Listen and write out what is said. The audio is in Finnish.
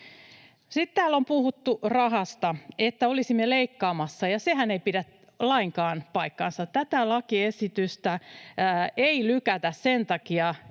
Sitten täällä on puhuttu rahasta, että olisimme leikkaamassa, ja sehän ei pidä lainkaan paikkaansa. Tätä lakiesitystä ei lykätä sen takia,